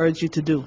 urge you to do